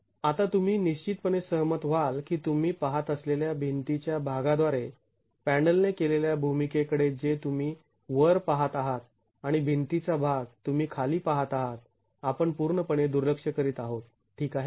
आता तुम्ही निश्चितपणे सहमत व्हाल की तुम्ही पहात असलेल्या भिंतीच्या भागा द्वारे पॅनलने केलेल्या भूमिके कडे जे तुम्ही वर पहात आहात आणि भिंतीचा भाग तुम्ही खाली पहात आहात आपण पूर्णपणे दुर्लक्ष करीत आहोत ठीक आहे